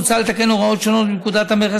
מוצע לתקן הוראות שונות בפקודת המכס